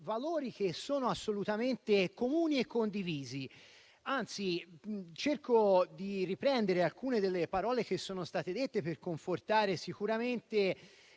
valori che sono assolutamente comuni. Cerco proprio di riprendere alcune delle parole che sono state dette per confortare sicuramente